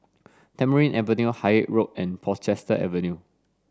Tamarind Avenue Haig Road and Portchester Avenue